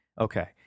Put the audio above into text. Okay